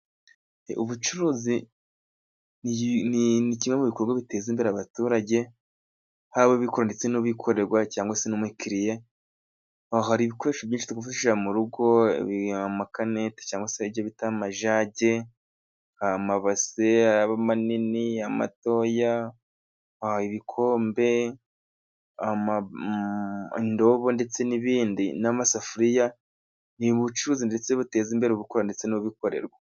Ubucuruzi ni kimwe mu bikorwa biteza imbere abaturage， haba abikorera ndetse n'ababikorerwa， cyangwa se n'umukiriya，aha hari ibikoresho byinshi twakwifashisha mu rugo cyangwa se bita amajage，amabase，abe amanini，amatoya，ibikombe， indobo ndetse n'ibindi， n'amasafuriya， ni ubucuruzi ndetse buteza imbere ubukora ndetse n'ubikorerwa.